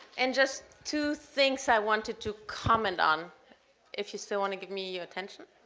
and just two things i wanted to comment on if you still want to give me your attention.